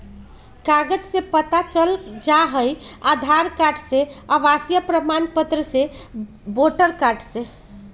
कागज से पता चल जाहई, आधार कार्ड से, आवासीय प्रमाण पत्र से, वोटर कार्ड से?